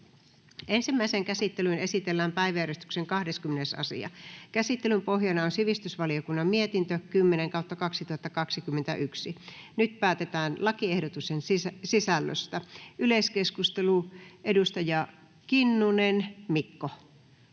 Ensimmäiseen käsittelyyn esitellään päiväjärjestyksen 12. asia. Käsittelyn pohjana on hallintovaliokunnan mietintö HaVM 15/2021 vp. Nyt päätetään lakiehdotuksen sisällöstä. — Yleiskeskustelu, edustaja Talvitie.